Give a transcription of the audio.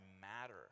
matter